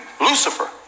Lucifer